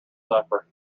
suffer